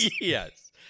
yes